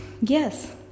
yes